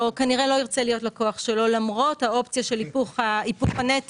כנראה לא ירצה להיות לקוח שלו למרות האופציה של היפוך הנטל,